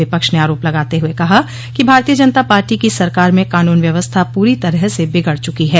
विपक्ष ने आरोप लगाते हुए कहा कि भारतीय जनता पार्टी की सरकार में कानून व्यवस्था पूरी तरह से बिगड़ चुकी है